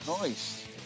Nice